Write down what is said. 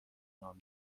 نام